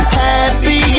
happy